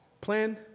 Plan